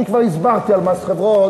אני כבר הסברתי על מס חברות,